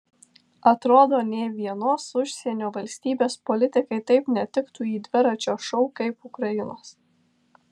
atrodo nė vienos užsienio valstybės politikai taip netiktų į dviračio šou kaip ukrainos